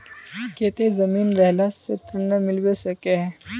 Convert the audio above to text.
केते जमीन रहला से ऋण मिलबे सके है?